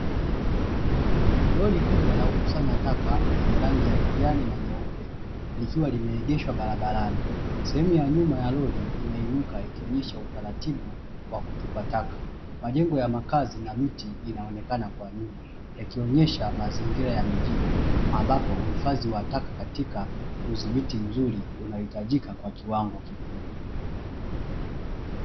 Lori kubwa la kukusanya taka lenye rangi ya kijani na nyeupe, likiwa limeegeshwa barabarani, sehemu ya nyuma ya lori imeinuka ikionyesha utaratibu wa kutupa taka. Majengo ya makazi na miti inaonekana kwa nyuma, yakionyesha mazingira ya mijini ambapo uhifadhi wa taka katika udhibiti mzuri unahitajika kwa kiwango kikubwa.